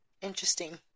interesting